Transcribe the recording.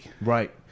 Right